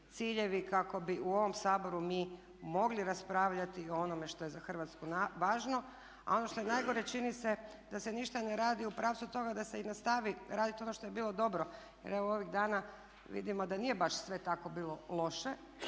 ciljevi kako bi u ovom Saboru mi mogli raspravljati o onome što je za Hrvatsku važno. A ono što je najgore čini se da se ništa ne radi u pravcu toga da se i nastavi raditi ono što je bilo dobro. Jer evo ovih dana vidimo da nije baš sve tako bilo loše